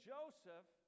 Joseph